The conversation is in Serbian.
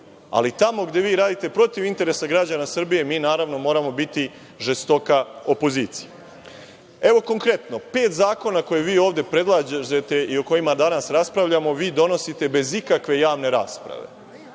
ali tamo gde vi radite protiv interesa građana Srbije, mi naravno moramo biti žestoka opozicija. Evo, konkretno zakona koji vi ovde predlažete i o kojima danas raspravljamo, vi donosite bez ikakve javne rasprave.